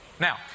now